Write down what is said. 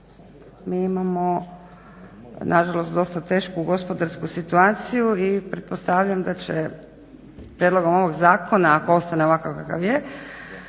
Mi imamo nažalost dosta tešku gospodarsku situaciju i pretpostavljam da će prijedlogom ovog zakona ako ostane ovakav kakav je,